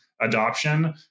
adoption